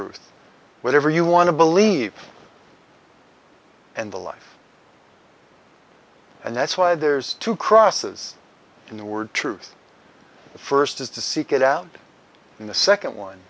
truth whatever you want to believe and the life and that's why there's two crosses in the word truth the first is to seek it out in the second one